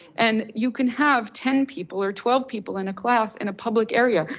and you can have ten people or twelve people in a class in a public area.